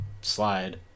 slide